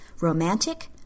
Romantic